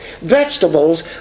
Vegetables